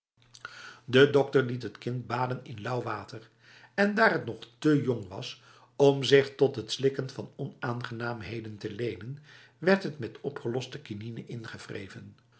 de dokter liet het kind baden in lauw water en daar het nog te jong was om zich tot het slikken van onaangenaamheden te lenen werd het met opgeloste quinine ingewreven